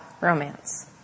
romance